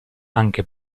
anche